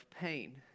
Pain